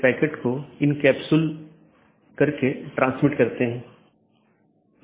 packet IBGP साथियों के बीच फॉरवर्ड होने के लिए एक IBGP जानकार मार्गों का उपयोग करता है